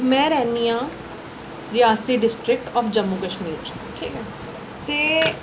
में रौह्न्नी आं रियासी डिस्ट्रिक आफ जम्मू कश्मीर च ठीक ते